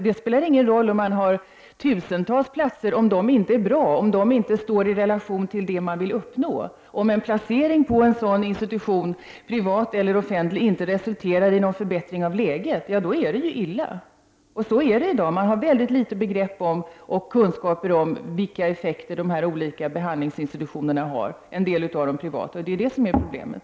Det spelar ingen roll om det så finns tusentals platser, om dessa inte är bra, om dessa inte står i relation till det man vill uppnå. Om en placering på en sådan institution, privat eller offentlig, inte resulterar i en förbättring av läget, då är det illa. Detta är också fallet i dag. Man har i mycket liten utsträckning begrepp om och kunskaper om vilka effekter dessa olika behandlingsinstitutioner, en del av dem privata, har. Detta är problemet.